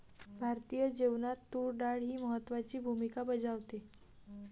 भारतीय जेवणात तूर डाळ ही महत्त्वाची भूमिका बजावते